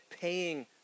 paying